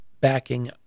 backing